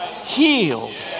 healed